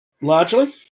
largely